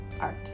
art